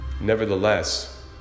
nevertheless